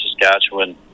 Saskatchewan